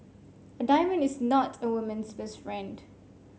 a diamond is not a woman's best friend